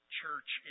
church